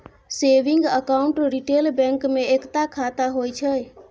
saving account retail bank मे एकता खाता होइ छै